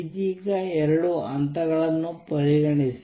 ಇದೀಗ 2 ಹಂತಗಳನ್ನು ಪರಿಗಣಿಸಿ